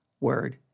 word